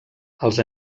els